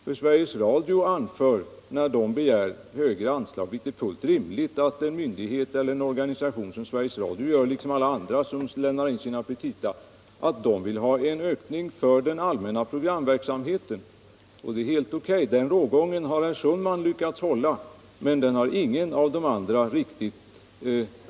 Det är fullt rimligt att Sveriges Radio begär högre anslag — liksom alla andra organisationer och myndigheter gör när de lämnar in sina petita — för den allmänna programverksamheten. Detta är helt O.K. Den rågången har herr Sundman kunnat hålla, men det har ingen av de andra riktigt lyckats med.